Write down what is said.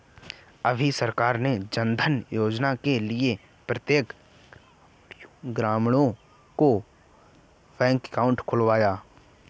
अभी सरकार ने जनधन योजना के लिए प्रत्येक ग्रामीणों का बैंक अकाउंट खुलवाया है